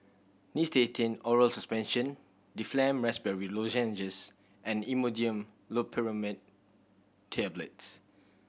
Nystatin Oral Suspension Difflam Raspberry Lozenges and Imodium Loperamide Tablets